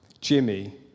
Jimmy